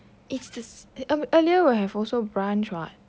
it's the earlier will have also brunch [what]